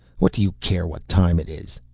what do you care what time it is?